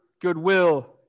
goodwill